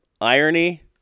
irony